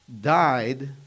died